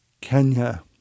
Kenya